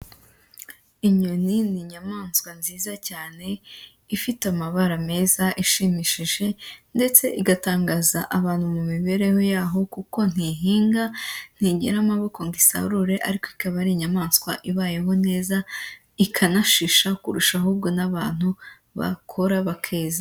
Inyoni ni inyamaswa nziza cyane, ifite amabara meza ishimishije ndetse igatangaza abantu mu mibereho yaho, kuko ntihinga ntigira amaboko ngo isarure, ariko ikaba ari inyamaswa ibayeho neza ikanashisha, kurusha ahubwo n'abantu bakora bakeza.